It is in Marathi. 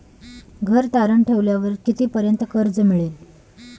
घर तारण ठेवल्यावर कितीपर्यंत कर्ज मिळेल?